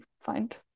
find